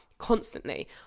Constantly